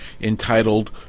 entitled